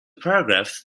paragraphs